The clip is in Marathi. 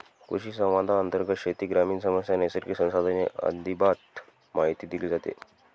कृषिसंवादांतर्गत शेती, ग्रामीण समस्या, नैसर्गिक संसाधने आदींबाबत माहिती दिली जाते